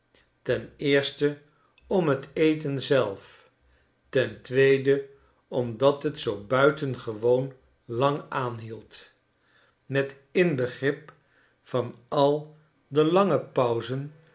ten eerste om t eten zelf ten tweede omdat het zoo buitengewoon lang aanhield met inbegrip van al de